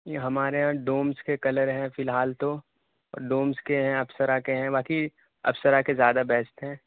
ہمارے یہاں ڈومس کے کلر ہیں فی الحال تو ڈومس کے ہیں اپسرا کے ہیں باقی اپسرا کے زیادہ بیسٹ ہیں